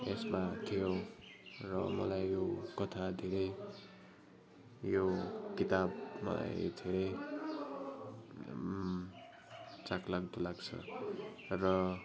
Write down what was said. यसमा थियो र मलाई यो कथा धेरै यो किताबमा धेरै चाखलाग्दो लाग्छ र